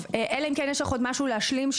אם אין לך משהו להשלים,